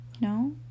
No